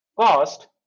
cost